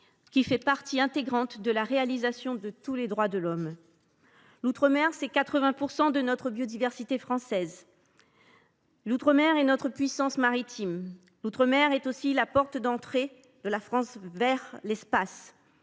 qui fait partie intégrante de la réalisation de tous les droits de l’homme ». L’outre mer représente 80 % de la biodiversité française. L’outre mer est notre puissance maritime. L’outre mer est la porte d’entrée de la France vers l’espace.